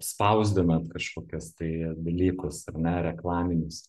spausdinat kažkokias tai dalykus ar ne reklaminius